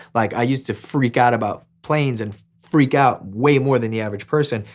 like i used to freak out about planes and freak out way more than the average person.